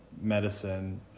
medicine